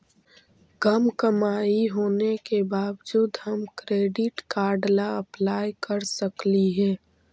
कम कमाई होने के बाबजूद हम क्रेडिट कार्ड ला अप्लाई कर सकली हे?